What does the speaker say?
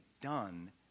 done